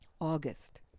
August